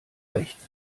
rechts